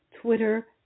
Twitter